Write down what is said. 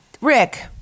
Rick